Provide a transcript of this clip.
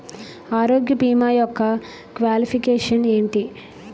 ఆరోగ్య భీమా యెక్క క్వాలిఫికేషన్ ఎంటి?